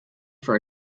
for